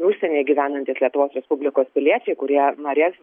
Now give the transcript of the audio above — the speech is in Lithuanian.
užsienyje gyvenantys lietuvos respublikos piliečiai kurie norės